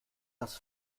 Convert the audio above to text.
das